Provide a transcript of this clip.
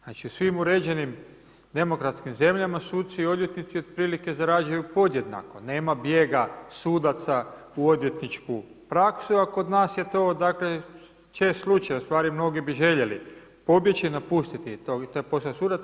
Znači u svim uređenim demokratskih zemljama suci i odvjetnici otprilike zarađuju podjednako, nema bijega sudaca u odvjetničku praksu a kod nas je to dakle čest slučaj, ustvari mnogi bi željeli pobjeći i napustiti to i taj posao sudaca.